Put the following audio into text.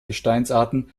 gesteinsarten